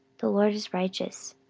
the lord is righteous.